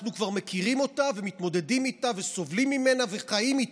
אנחנו כבר מכירים אותה ומתמודדים איתה וסובלים ממנה וחיים איתה,